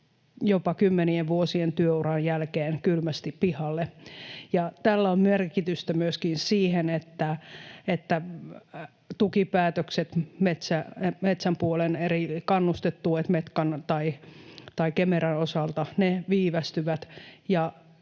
jopa kymmenien vuosien työuran jälkeen kylmästi pihalle, ja tällä on merkitystä myöskin siihen, että tukipäätökset, metsän puolen eri kannustetuet Metkan tai Kemeran osalta, viivästyvät.